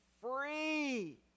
free